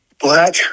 black